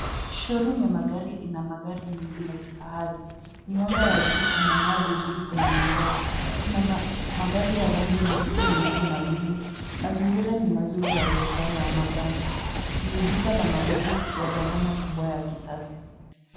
Showroom ya magari ina magari mengi la kifahari. Miwanga ya juu inang'aa vizuri kwenye magari. Kuna magari ya rangi nyeusi, nyeupe na buluu. Mazingira ni mazuri ya biashara ya magari, ni duka la magari ya gharama kubwa ya kisasa.